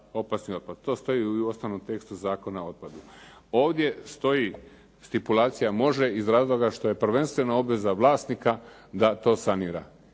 to stoji u ostalom tekstu zakona o otpadu. Ovdje stoji stipulacija može iz razloga što je prvenstveno obveza vlasnika da to sanira.